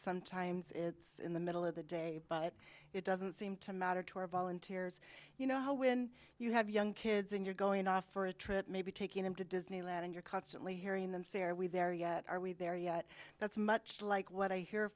sometimes it's in the middle of the day but it doesn't seem to matter to our volunteers you know how when you have young kids and you're going off for a trip maybe taking them to disneyland and you're constantly hearing them say are we there yet are we there yet that's much like what i hear